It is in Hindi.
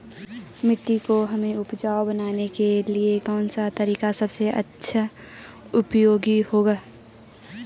मिट्टी को हमें उपजाऊ बनाने के लिए कौन सा तरीका सबसे अच्छा उपयोगी होगा?